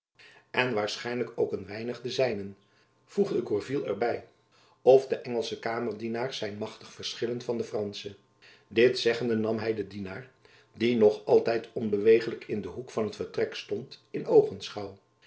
en waarschijnlijk ook een weinig de zijnen voegde gourville er by of de engelsche kamerdienaars zijn machtig verschillend van de fransche dit zeggende nam hy den dienaar die nog altijd onbewegelijk in den hoek van t vertrek stond in